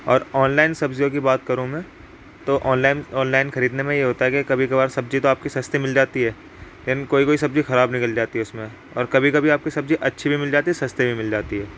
اور online سبزیوں کی بات کروں میں تو آن لائن آن لائن خریدنے میں یہ ہوتا ہے کہ کبھی کبھار سبزی تو آپ کی سستی مل جاتی ہے لیکن کوئی کوئی سبزی خراب نکل جاتی ہے اس میں اور کبھی کبھی آپ کی سبزی اچھی بھی مل جاتی ہے سستی بھی مل جاتی ہے